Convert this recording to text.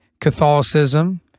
Catholicism